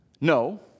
No